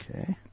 okay